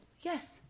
Yes